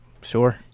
sure